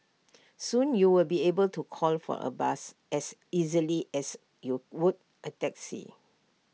soon you will be able to call for A bus as easily as you would A taxi